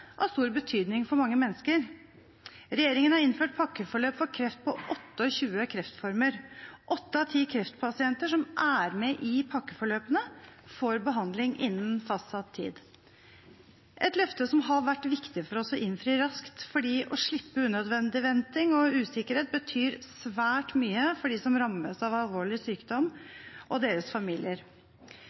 av stor betydning for mange mennesker. Regjeringen har innført pakkeforløp for 28 kreftformer. Åtte av ti kreftpasienter som er med i pakkeforløpene, får behandling innen fastsatt tid. Dette er et løfte som har vært viktig for oss å innfri raskt fordi det å slippe unødvendig venting og usikkerhet betyr svært mye for dem som rammes av alvorlig sykdom, og for deres familier.